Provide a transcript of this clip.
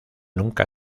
nunca